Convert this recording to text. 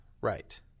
right